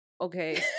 okay